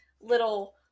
little